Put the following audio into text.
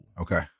Okay